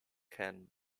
can